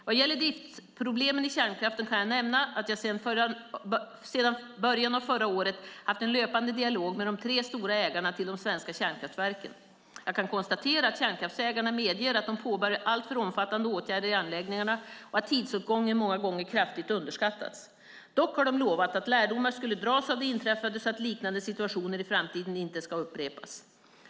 Vad gäller driftproblemen i kärnkraften kan jag nämna att jag sedan början av förra året haft en löpande dialog med de tre stora ägarna till de svenska kärnkraftverken. Jag kan konstatera att kärnkraftsägarna medger att de påbörjat alltför omfattande åtgärder i anläggningarna och att tidsåtgången många gånger kraftigt underskattats. Dock har de lovat att lärdomar skulle dras av det inträffade så att liknande situationer i framtiden inte ska upprepas.